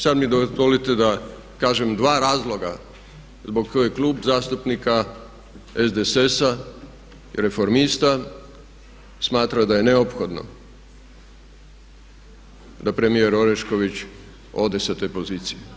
Sad mi dozvolite da kažem dva razloga zbog kojih Klub zastupnika SDSS-a i Reformista smatra da je neophodno da premijer Orešković ode sa te pozicije.